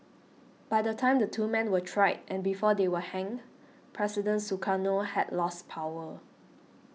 by the time the two men were tried and before they were hanged President Sukarno had lost power